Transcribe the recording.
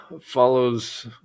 follows